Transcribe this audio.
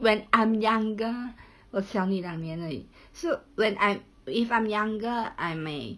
when I'm younger 我小你两年而已 so when I'm if I'm younger I may